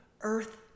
Earth